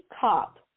cop